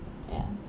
ya